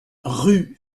rue